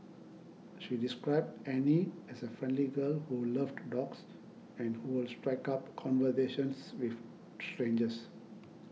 she described Annie as a friendly girl who loved dogs and who would strike up conversations with strangers